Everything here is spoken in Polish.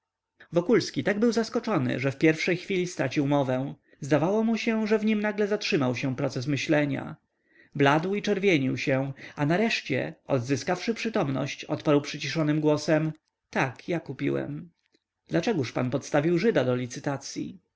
wokulski tak był zaskoczony że w pierwszej chwili stracił mowę zdawało mu się że w nim nagle zatrzymał się proces myślenia bladł i czerwienił się a nareszcie odzyskawszy przytomność odparł przyciszonym głosem tak ja kupiłem dlaczegóż pan podstawił żyda do licytacyi